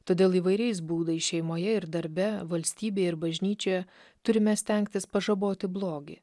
todėl įvairiais būdais šeimoje ir darbe valstybėj ir bažnyčioje turime stengtis pažaboti blogį